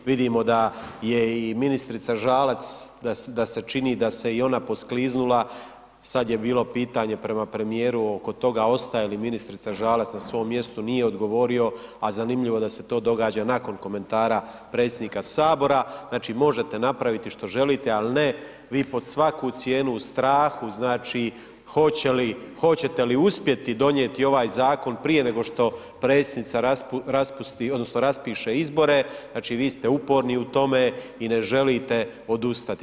Vidimo da je i ministrica Žalac da se čini da se i ona poskliznula, sada je bilo pitanje prema premijeru oko toga ostaje li ministrica Žalac na svom mjestu, nije odgovorio a zanimljivo je da se to događa nakon komentara predsjednika Sabora, znači možete napraviti što želite, ali ne, vi pod svaku cijenu u strahu znači hoćete li uspjeti donijeti ovaj zakon prije nego što predsjednica raspusti, odnosno raspiše izbore, znači vi ste uporni u tome i ne želite odustati.